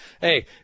Hey